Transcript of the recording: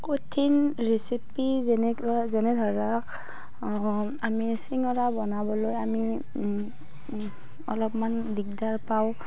কঠিন ৰেচিপি যেনেকুৱা যেনে ধৰক আমি চিঙৰা বনাবলৈ আমি অলপমান দিগদাৰ পাওঁ